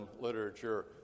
literature